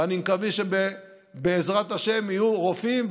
ואני מקווה שבעזרת השם יהיו רופאים,